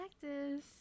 cactus